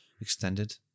Extended